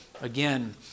again